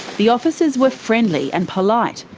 the officers were friendly and polite.